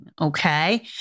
Okay